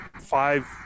five